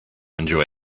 enjoy